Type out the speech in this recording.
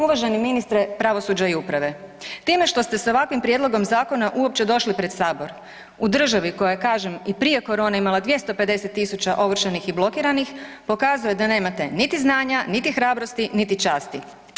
Uvaženi ministre pravosuđa i uprave, time što ste s ovakvim prijedlogom zakona uopće došli pred Sabor, u državi koja je kažem i prije korone imala 250 000 ovršenih i blokiranih, pokazuje da nemate niti znanja, niti hrabrosti niti časti.